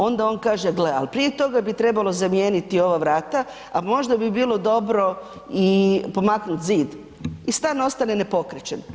Onda on kaže – gle, ali prije toga bi trebalo zamijeniti ova vrata, a možda bi bilo dobro i pomaknuti zid i stan ostane nepokrečen.